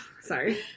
Sorry